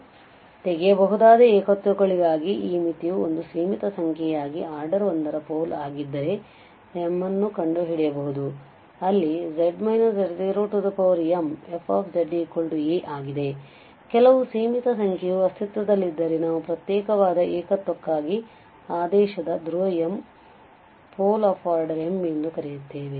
ಆದ್ದರಿಂದ ತೆಗೆಯಬಹುದಾದ ಏಕತ್ವಗಳಿಗಾಗಿ ಈ ಮಿತಿಯು ಒಂದು ಸೀಮಿತ ಸಂಖ್ಯೆಯಾಗಿ ಆರ್ಡರ್ 1 ರ ಪೋಲ್ ಆಗಿದ್ದರೆ m ನ್ನು ಕಂಡುಹಿಡಿಯಬಹುದು ಅಲ್ಲಿ z z0 m fzA ಆಗಿದೆ ಕೆಲವು ಸೀಮಿತ ಸಂಖ್ಯೆಯು ಅಸ್ತಿತ್ವದಲ್ಲಿದ್ದರೆ ನಾವು ಪ್ರತ್ಯೇಕವಾದ ಏಕತ್ವಕ್ಕಾಗಿ ಆದೇಶದ ಧ್ರುವ m ಎಂದು ಕರೆಯುತ್ತೇವೆ